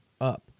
up